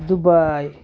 Dubai